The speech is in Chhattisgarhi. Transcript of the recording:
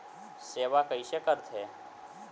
सेवा कइसे करथे?